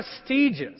prestigious